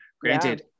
granted